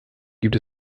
gibt